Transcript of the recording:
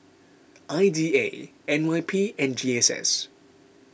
I D A N Y P and G S S